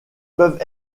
peuvent